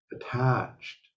attached